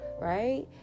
right